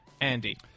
Andy